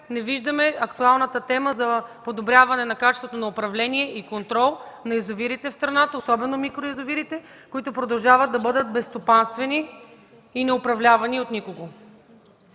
не виждаме актуалната тема за подобряване качеството на управление и контрол на язовирите в страната, особено на микроязовирите, които продължават да бъдат безстопанствени и не управлявани от никого.